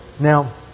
Now